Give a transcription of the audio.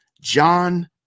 John